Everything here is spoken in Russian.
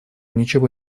ничего